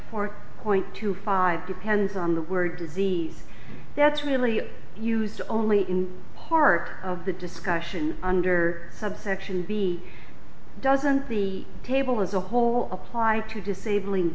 four point two five depends on the word disease that's really used only in part of the discussion under subsection b doesn't the table as a whole apply to disabling